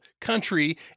country